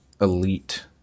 elite